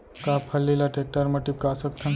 का फल्ली ल टेकटर म टिपका सकथन?